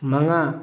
ꯃꯉꯥ